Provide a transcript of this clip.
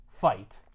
fight